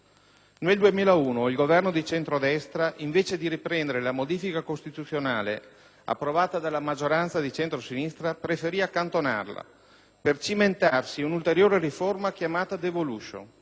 Nel 2001 il Governo di centrodestra invece di riprendere la modifica costituzionale approvata dalla maggioranza di centrosinistra preferì accantonarla per cimentarsi in un'ulteriore riforma chiamata *devolution*.